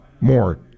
more